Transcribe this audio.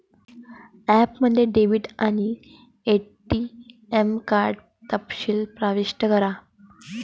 ॲपमध्ये डेबिट आणि ATM card तपशील प्रविष्ट करा